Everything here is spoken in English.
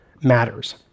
matters